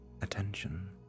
attention